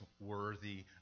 worthy